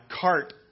cart